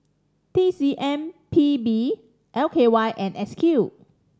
T C M P B L K Y and S Q